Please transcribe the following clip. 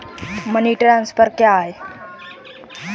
Money transfer क्या है?